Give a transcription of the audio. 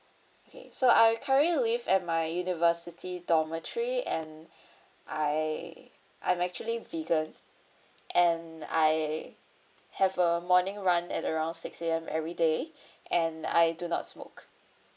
okay so I currently live at my university dormitory and I I'm actually vegan and I have a morning run at around six A_M everyday and I do not smoke